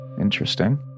Interesting